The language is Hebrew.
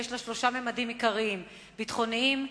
שיש לה שלושה ממדים עיקריים: ביטחוניים,